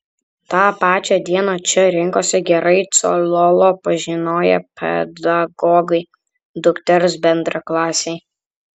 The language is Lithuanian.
tą pačią dieną čia rinkosi gerai cololo pažinoję pedagogai dukters bendraklasiai